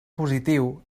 positiu